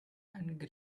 and